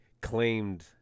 claimed